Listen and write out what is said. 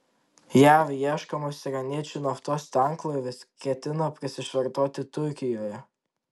jav ieškomas iraniečių naftos tanklaivis ketina prisišvartuoti turkijoje